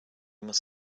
must